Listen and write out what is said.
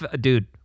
dude